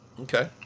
Okay